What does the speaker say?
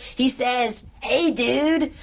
he says hey dude,